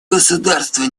государство